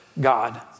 God